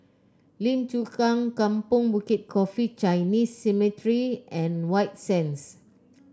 Lim Chu Kang Kampong Bukit Coffee Chinese Cemetery and White Sands